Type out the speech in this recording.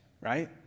right